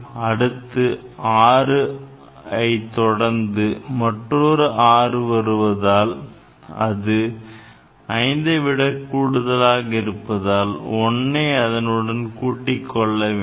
அடுத்து 6 ஐ தொடர்ந்து மற்றொரு 6 வருவதால் அது 5 விடக் கூடுதலாக இருப்பதால் 1 ஐ அதனுடன் கூட்டிக்கொள்ள வேண்டும்